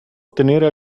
ottenere